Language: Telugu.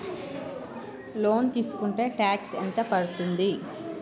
లోన్ తీస్కుంటే టాక్స్ ఎంత పడ్తుంది?